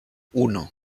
uno